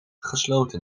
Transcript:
gesloten